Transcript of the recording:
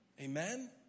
Amen